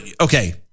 okay